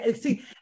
see